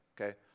okay